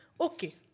Okay